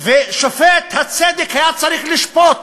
ושופט הצדק היה צריך לשפוט